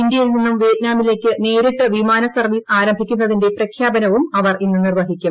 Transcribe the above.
ഇന്ത്യയിൽ നിന്നും വിയറ്റ്നാമിലേയ്ക്ക് നേരിട്ട് വിമാന സർവ്വീസ് ആരംഭിക്കുന്നതിന്റെ പ്രഖ്യാപനവും അവർ ഇന്ന് നിർവ്വഹിക്കും